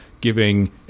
giving